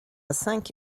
cinq